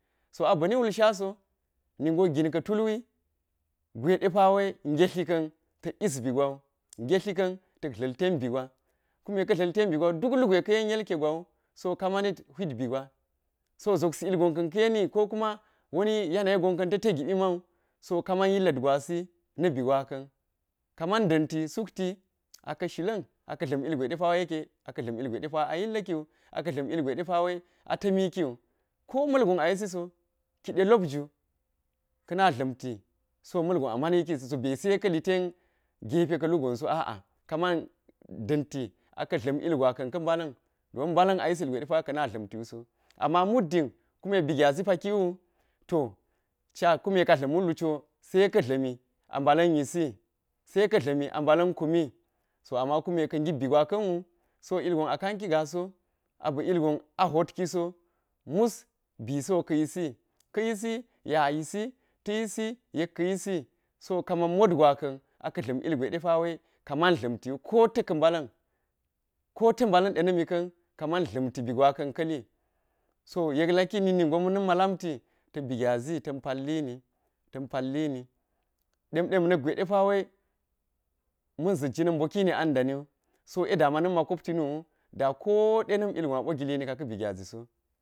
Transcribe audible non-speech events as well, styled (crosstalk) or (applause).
So ama bi ni wul shaso gin ka̱ tulwi gwe depawe ngetli ka̱n ta̱k yis be gwawu (noise) ngetli ka̱n tak dla̱l ten bi gwa kume ka̱ dla̱l ten bi gwawu duk lugwe ka̱yen yilka gwawu so ka manid hwit bi gwa, so zopsi ilgon ka̱n ka̱ yeni, ko kuma woni yanayi gon ta̱ te gibi man so kaman yilla̱t gwasi na̱ bi gwaka̱n ka man da̱nti sukti (noise) a ka̱ shila̱n a ka̱ dla̱m ilgwe depawe yeke, a ka̱ dla̱m ilgwe ɗepawe a yilla̱ kiwu, aka̱ dla̱m ilgwe depawe a ta̱mi kiwu ko ma̱lgon a yisi so ki delap jwu ka̱na dlamti so ma̱lgon a mani ki zi be se ka̱li ten gepe ka̱lu gonso aa ka man da̱nti aka̱ dla̱m ilgwa ka̱n ka̱ mbala̱n, don mala̱n a yis ilgwe ka̱na dla̱mtiwu so, ama muddin kume bi gyazi pakiwu to ca kume ka dla̱m wullu cwo se ka̱ dla̱mi a mbala̱n yisi, se ka̱ dla̱mi a mbala̱m yisi, se ka̱ dla̱mi a mbala̱n kumi so ama kume ka̱ ngip bi gwaka̱n wu so ilgon a kanki gaa so a ba̱ ilgon a hwotkiso mus bisi wo ka̱ yisi ka̱ yisi yek a yisi ta̱ yisi yek ka̱ yisi so ka man motgwaka̱n a ka̱ dla̱m ilgwe ka man dla̱mtiwu ko ta̱ ka̱ mbala̱m, ko ta̱ mbala̱n de na̱mi ka̱n ka man dla̱mti bi gwaka̱n ka̱li so yek laki na̱k nin go ma̱na̱nma lamti ta̱ bi gyazi ta̱n pallini ta̱n pallini ɗem ɗem na̱k gwe depawe ma̱n zit jina̱n mbokini andani wu, so ɗe da mana̱n ma kopti nuwu da ko dena̱m ilgon aɓo gilinika ka̱ bi gyazi so